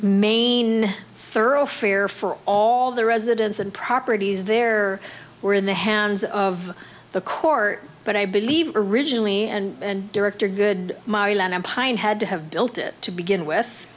main thoroughfare for all the residents and properties there were in the hands of the court but i believe originally and director good marlin and pine had to have built it to begin with